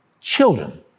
children